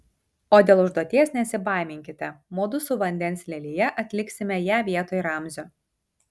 o dėl užduoties nesibaiminkite mudu su vandens lelija atliksime ją vietoj ramzio